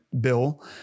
bill